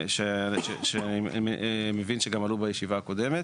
אני מבין שגם עלו הישיבה הקודמת.